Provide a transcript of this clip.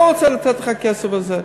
לא רוצה לתת לך כסף על זה.